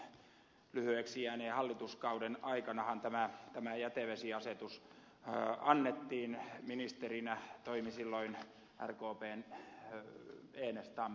jäätteenmäen lyhyeksi jääneen hallituskauden aikanahan tämä jätevesiasetus annettiin ministerinä toimi silloin rkpn enestam